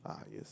ah yes